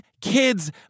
kid's